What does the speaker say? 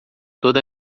toda